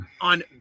on